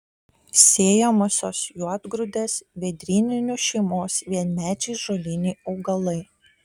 sėjamosios juodgrūdės vėdryninių šeimos vienmečiai žoliniai augalai